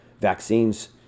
vaccines